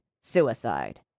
suicide